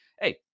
Hey